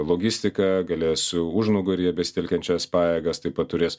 logistiką galės e užnugaryje besitelkiančias pajėgas taip pat turės